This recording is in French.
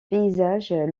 paysages